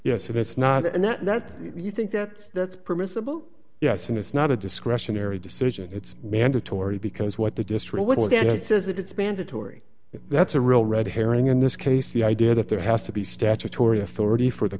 yes if it's not and that you think that that's permissible yes and it's not a discretionary decision it's mandatory because what the district what janet says that it's mandatory that's a real red herring in this case the idea that there has to be statutory authority for the